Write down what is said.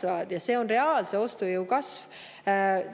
See on reaalse ostujõu kasv.